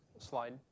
Slide